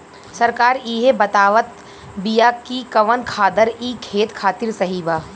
सरकार इहे बतावत बिआ कि कवन खादर ई खेत खातिर सही बा